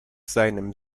seinem